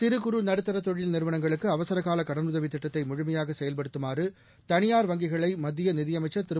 சிறு குறு நடுத்தர தொழில் நிறுவளங்களுக்கு அவர்கால கடனுதவி திட்டத்தை முழுமையாக செயல்படுத்துமாறு தனியார் வங்கிகளை மத்திய நிதியமைச்சர் திரு